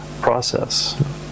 process